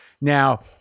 now